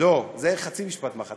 לא, זה חצי משפט מחץ.